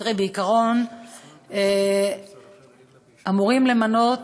תראי, בעיקרון אמורים למנות